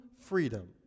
freedom